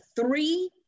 three